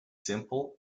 simple